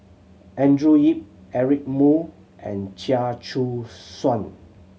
Andrew Yip Eric Moo and Chia Choo Suan